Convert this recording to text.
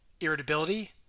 irritability